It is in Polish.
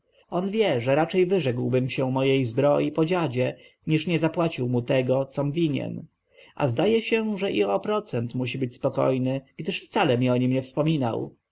on wie że raczej wyrzekłbym się mojej zbroi po dziadzie niż nie zapłacił mu tego com winien a zdaje się że i o procent musi być spokojny gdyż wcale mi o nim nie wspominał